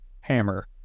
Hammer